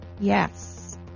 Yes